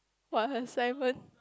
for her assignment